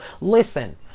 listen